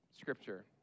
scripture